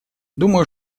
думаю